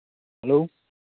hello